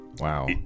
wow